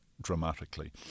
dramatically